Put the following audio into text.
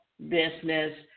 business